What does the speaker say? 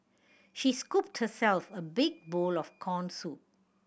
she scooped herself a big bowl of corn soup